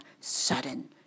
sudden